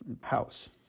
house